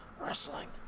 wrestling